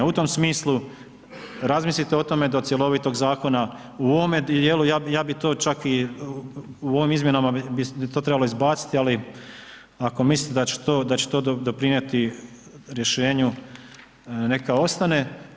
U tom smislu razmislite o tome do cjelovitog zakona, u ovome dijelu ja bi to čak u ovim izmjenama to trebalo izbaciti ali ako mislite da će to doprinijeti rješenju neka ostane.